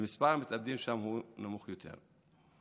ומספר המתאבדים שם הוא נמוך יותר.